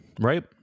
right